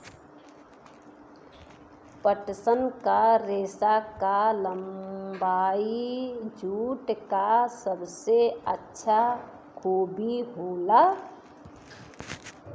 पटसन क रेसा क लम्बाई जूट क सबसे अच्छा खूबी होला